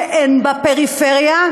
שאין בפריפריה,